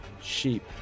sheep